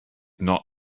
not